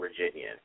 Virginia